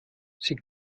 sie